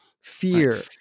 fear